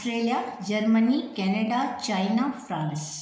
Australia Germany Canada China France